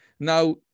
Now